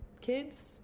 kids